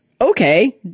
Okay